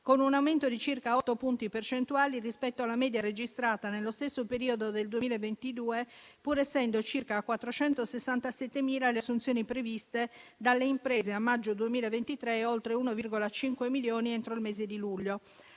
con un aumento di circa otto punti percentuali rispetto alla media registrata nello stesso periodo del 2022, pur essendo circa 467.000 le assunzioni previste dalle imprese a maggio 2023 e oltre 1,5 milioni entro il mese di luglio.